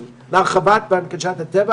התשפ"ב,